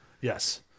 Yes